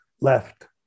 left